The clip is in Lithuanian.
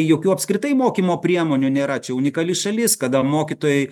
jokių apskritai mokymo priemonių nėra čia unikali šalis kada mokytojai